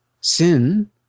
sin